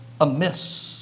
amiss